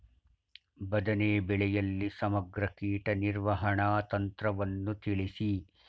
ಬದನೆ ಬೆಳೆಯಲ್ಲಿ ಸಮಗ್ರ ಕೀಟ ನಿರ್ವಹಣಾ ತಂತ್ರವನ್ನು ತಿಳಿಸಿ?